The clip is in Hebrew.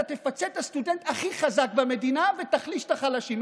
אתה תפצה את הסטודנט הכי חזק במדינה ותחליש את החלשים.